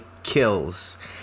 kills